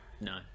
No